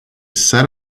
set